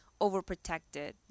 overprotected